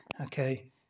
Okay